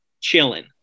chilling